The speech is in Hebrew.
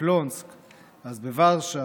בפלונסק אז, בוורשה,